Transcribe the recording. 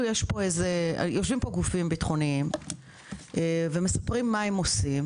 יושבים פה גופים ביטחוניים ומספרים מה הם עושים,